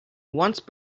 once